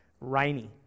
rainy